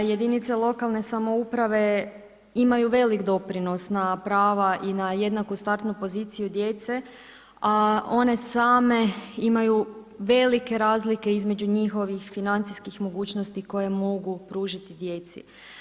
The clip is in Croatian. Jedinice lokalne samouprave imaju velik doprinos na prava i na jednaku startnu poziciju djece, a one same imaju velike razlike između njihovih financijskih mogućnosti koje mogu pružiti djeci.